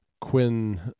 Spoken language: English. Quinn